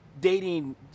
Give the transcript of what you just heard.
dating